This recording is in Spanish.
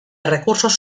recursos